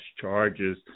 charges